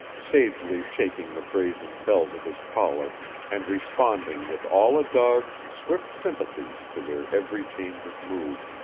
sagely shaking the brazen bells of his collar and responding with all a dog's swift sympathies to their every change of mood.